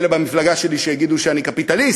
ובמפלגה שלי יהיו כאלה שיגידו שאני קפיטליסט,